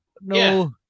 no